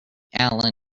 allen